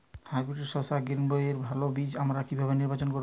Hybrid শসা গ্রীনবইয়ের ভালো বীজ আমরা কিভাবে নির্বাচন করব?